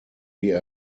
wir